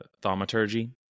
Thaumaturgy